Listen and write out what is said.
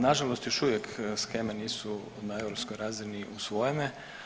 Nažalost još uvijek sheme nisu na europskoj razini usvojene.